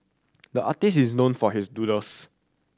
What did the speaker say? the artist is known for his doodles